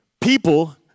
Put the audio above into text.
people